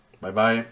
Bye-bye